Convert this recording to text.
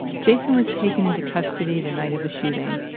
jason was taken into custody the night of the shooting.